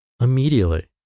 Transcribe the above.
immediately